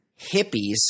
hippies